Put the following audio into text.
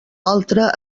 altre